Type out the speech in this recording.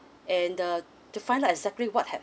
and uh to find out exactly what have